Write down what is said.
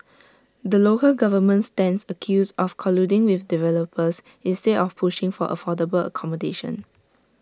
the local government stands accused of colluding with developers instead of pushing for affordable accommodation